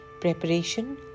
preparation